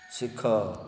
ଶିଖ